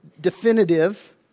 definitive